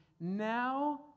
Now